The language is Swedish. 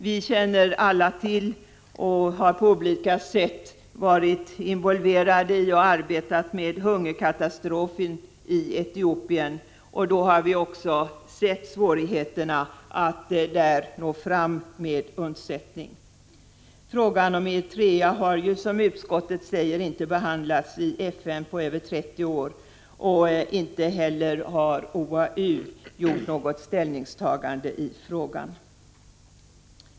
Vi känner alla till och har på olika sätt arbetat med hungerkatastrofen i Etiopien och vet hur svårt det är att nå fram med undsättning. Frågan om Eritrea har, som utskottet säger, inte behandlats i FN på över 30 år, och inte heller OAU har gjort något ställningstagande i frågan.